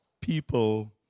people